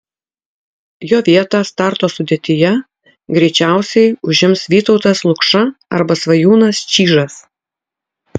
jo vietą starto sudėtyje greičiausiai užims vytautas lukša arba svajūnas čyžas